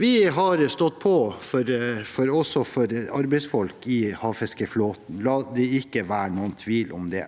Vi har stått på for arbeidsfolk i havfiskeflåten – la det ikke være noen tvil om det.